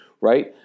right